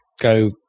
go